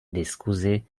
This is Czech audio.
diskusi